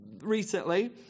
recently